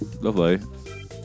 Lovely